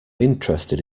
interested